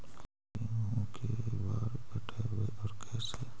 गेहूं के बार पटैबए और कैसे?